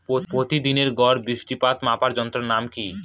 প্রতিদিনের গড় বৃষ্টিপাত মাপার যন্ত্রের নাম কি?